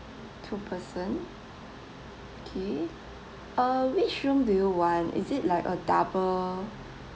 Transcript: two person okay uh which room do you want is it like a double